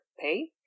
pay